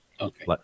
okay